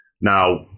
Now